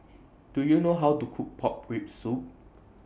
Do YOU know How to Cook Pork Rib Soup